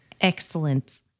Excellent